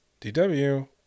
DW